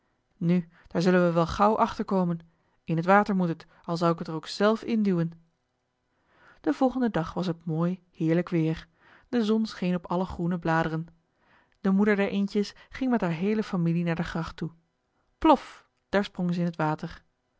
nu daar zullen we wel gauw achter komen in het water moet het al zou ik het er ook zelf induwen den volgenden dag was het mooi heerlijk weer de zon scheen op alle groene bladeren de moeder der eendjes ging met haar heele familie naar de gracht toe plof daar sprong zij in het water